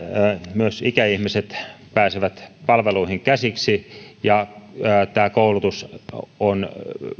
myös ikäihmiset pääsevät palveluihin käsiksi tämä koulutus on